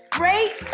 great